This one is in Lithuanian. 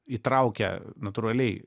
įtraukia natūraliai